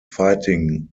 fighting